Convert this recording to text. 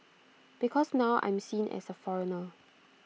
because now I'm seen as A foreigner